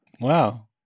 Wow